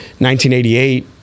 1988